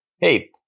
Hey